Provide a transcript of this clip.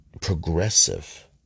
progressive